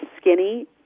skinny